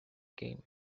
game